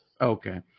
Okay